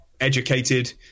educated